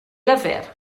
lyfr